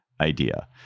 idea